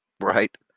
right